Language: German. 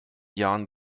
jahren